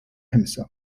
himself